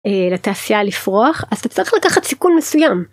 לתעשייה לפרוח, אז אתה צריך לקחת סיכון מסוים.